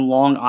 Long